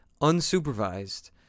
unsupervised